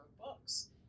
books